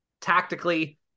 tactically